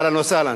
אהלן וסהלן,